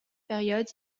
période